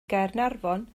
gaernarfon